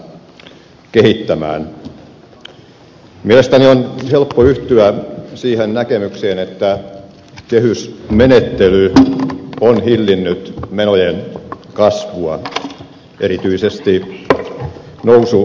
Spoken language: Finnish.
mielestäni on helppo yhtyä siihen näkemykseen että kehysmenettely on hillinnyt menojen kasvua erityisesti noususuhdanteessa